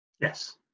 Yes